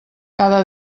cada